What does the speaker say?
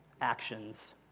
actions